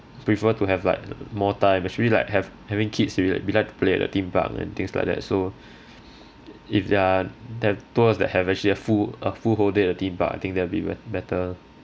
prefer to have like more time actually like have having kids already we like to play at the theme park and things like that so if there're have tours that have actually a full a full whole day at the theme park I think that will be bet~ better